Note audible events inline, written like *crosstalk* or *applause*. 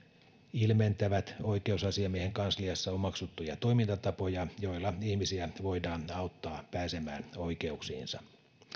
ilmentävät oikeusasiamiehen kansliassa omaksuttuja toimintatapoja joilla ihmisiä *unintelligible* voidaan auttaa pääsemään oikeuksiinsa